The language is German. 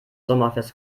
sommerfest